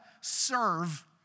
Serve